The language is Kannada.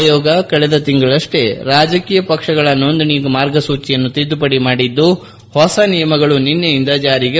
ಆಯೋಗ ಕಳೆದ ತಿಂಗಳಷ್ಲೇ ರಾಜಕೀಯ ಪಕ್ಷಗಳ ನೋಂದಣಿ ಮಾರ್ಗಸೂಚಿಯನ್ನು ತಿದ್ದುಪಡಿ ಮಾಡಿದ್ದು ಹೊಸ ನಿಯಮಗಳು ನಿನ್ನೆಯಿಂದ ಜಾರಿಗೆ ಬಂದಿವೆ